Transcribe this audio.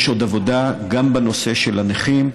יש עבודה גם בנושא של הנכים,